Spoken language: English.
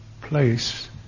place